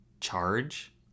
charge